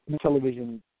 television